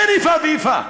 איפה ואיפה.